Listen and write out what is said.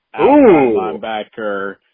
linebacker